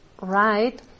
right